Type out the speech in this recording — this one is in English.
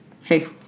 hey